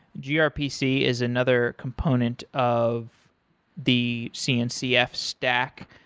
grpc is another component of the cncf stack.